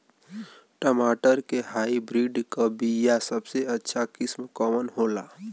टमाटर के हाइब्रिड क बीया सबसे अच्छा किस्म कवन होला?